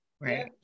Right